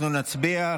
אנחנו נצביע.